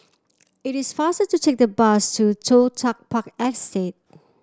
it is faster to take the bus to Toh Tuck Park Estate